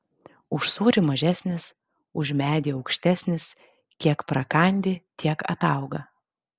už sūrį mažesnis už medį aukštesnis kiek prakandi tiek atauga